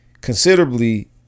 considerably